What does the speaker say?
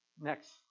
Next